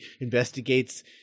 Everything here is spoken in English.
investigates